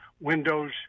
Windows